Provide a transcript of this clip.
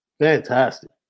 Fantastic